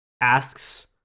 asks